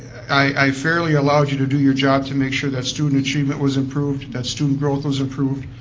i fairly allowed you to do your job to make sure that student achievement was improved, that student growth was improved,